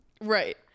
Right